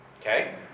Okay